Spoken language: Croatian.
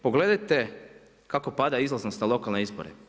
Pogledajte kako pada izlaznost na lokalne izbore.